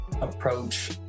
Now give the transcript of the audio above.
approach